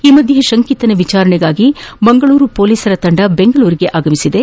ಈ ಮಧ್ಯೆ ಶಂಕಿತನ ವಿಚಾರಣೆಗಾಗಿ ಮಂಗಳೂರು ಪೊಲೀಸರ ತಂಡ ಬೆಂಗಳೂರಿಗೆ ಆಗಮಿಸಿದೆ